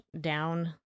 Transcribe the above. down